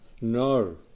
No